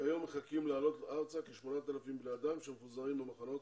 כיום מחכים לעלות ארצה כ- 8,000 בני אדם שמפוזרים בתחנות